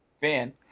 fan